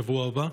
שבוע הבא,